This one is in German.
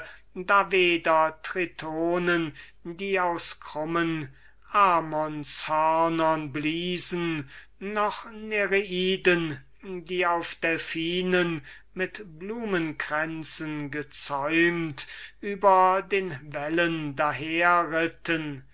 da weder tritonen die aus krummen ammons hörnern bliesen noch nereiden die auf delphinen mit blumen kränzen gezäumet über den wellen